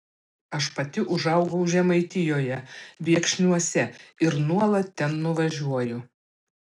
aš pati užaugau žemaitijoje viekšniuose ir nuolat ten nuvažiuoju